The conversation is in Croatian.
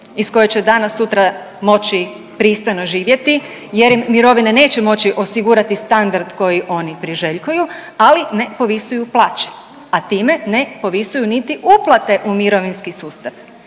iz koje će danas sutra moći pristojno živjeti, jer im mirovine neće moći osigurati standard koji oni priželjkuju ali ne povisuju plaće a time ne povisuju niti uplate u mirovinski sustav